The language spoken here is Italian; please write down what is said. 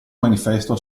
manifesto